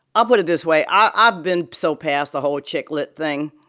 i'll put it this way. i've been so past the whole chick-lit thing.